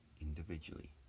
individually